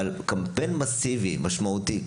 אבל צריך קמפיין מסיבי, משמעותי.